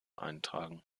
eintragen